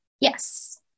Yes